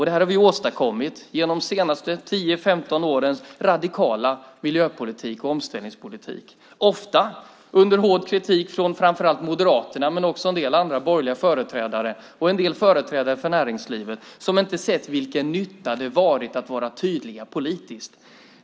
Det här har vi åstadkommit genom de senaste 10-15 årens radikala miljöpolitik oh omställningspolitik, ofta under hård kritik från framför allt Moderaterna men också från en del andra borgerliga företrädare och företrädare för näringslivet som inte sett vilken nytta det har varit att vara tydliga politiskt.